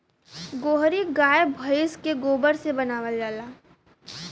गोहरी गाय भइस के गोबर से बनावल जाला